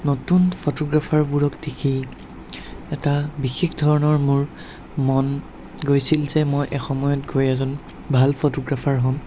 নতুন ফটোগ্ৰাফাৰবোৰক দেখি এটা বিশেষ ধৰণৰ মোৰ মন গৈছিল যে মই এসময়ত গৈ এজন ভাল ফটোগ্ৰাফাৰ হ'ম